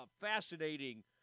fascinating